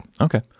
okay